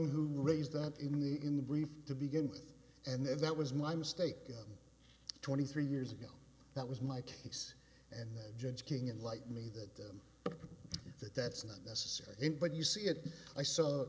who raised that in the in the brief to begin with and then that was my mistake twenty three years ago that was my case and the judge king in light me that that that's not necessary in but you see it i saw